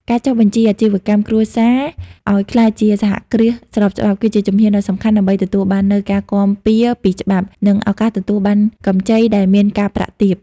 ការចុះបញ្ជីអាជីវកម្មគ្រួសារឱ្យក្លាយជាសហគ្រាសស្របច្បាប់ គឺជាជំហានដ៏សំខាន់ដើម្បីទទួលបាននូវការគាំពារពីច្បាប់ និងឱកាសទទួលបានកម្ចីដែលមានការប្រាក់ទាប។